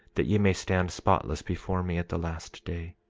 that ye may stand spotless before me at the last day.